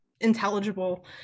intelligible